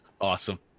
Awesome